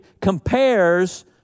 compares